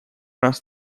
раз